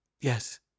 Yes